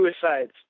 suicides